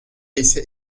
ise